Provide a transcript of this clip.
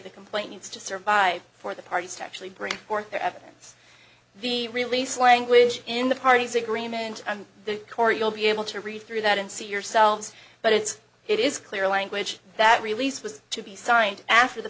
the complaint needs to survive for the parties to actually bring forth their evidence the release language in the party's agreement and the core you'll be able to read through that and see yourselves but it's it is clear language that release was to be signed after the